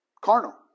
carnal